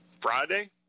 Friday